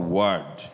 word